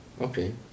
Okay